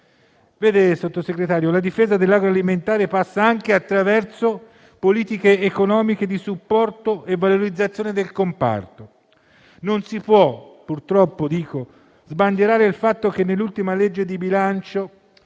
signor Sottosegretario, la difesa dell'agroalimentare passa anche attraverso politiche economiche di supporto e valorizzazione del comparto. Non si può - purtroppo, dico - sbandierare il fatto che nell'ultima legge di bilancio